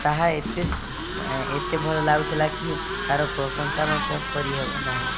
ତାହା ଏତେ ଏତେ ଭଲ ଲାଗୁଥିଲା କି ତା'ର ପ୍ରଶଂସା ମଧ୍ୟ କରିହେବ ନାହିଁ